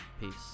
peace